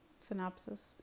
synopsis